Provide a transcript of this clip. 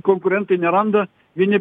konkurentai neranda vieni